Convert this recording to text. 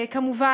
כמובן,